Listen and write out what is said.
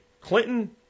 Clinton